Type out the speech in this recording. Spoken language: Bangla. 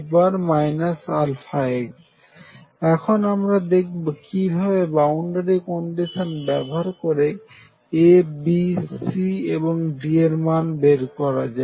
আমরা এখন দেখব কিভাবে বাউন্ডারি কন্ডিশনার ব্যবহার করে A B C এবং D এর মান বের করা যায়